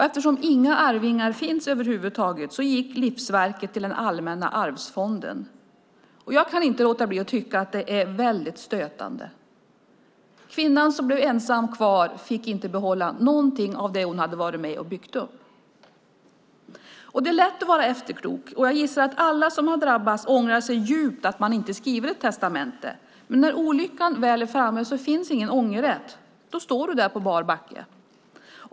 Eftersom inga arvingar fanns över huvud taget gick livsverket till den allmänna arvsfonden. Jag kan inte låta bli att tycka att det är väldigt stötande. Kvinnan som blev ensam kvar fick inte behålla någonting av det hon hade varit med om att bygga upp. Det är lätt att vara efterklok, och jag gissar att alla som har drabbats ångrar sig djupt att de inte skrivit ett testamente. Men när olyckan väl är framme finns ingen ångerrätt. Då står du där på bar backe.